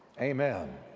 amen